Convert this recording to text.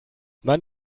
man